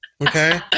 okay